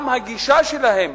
גם הגישה שלהם